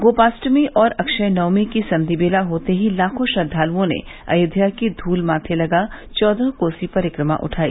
गोपाष्टमी और अक्षय नवमी की संघि बेला हाते ही लाखों श्रद्वालुओं ने अयोध्या की धूल माथे लगा चौदह कोसी परिक्रमा उठाई